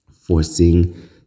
forcing